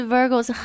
Virgos